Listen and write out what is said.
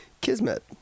Kismet